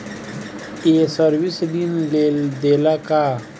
ये सर्विस ऋण देला का?